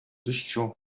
дощу